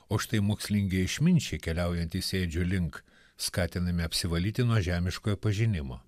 o štai mokslingi išminčiai keliaujantys ėdžių link skatinami apsivalyti nuo žemiškojo pažinimo